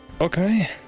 Okay